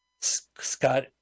scott